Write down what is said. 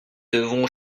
devons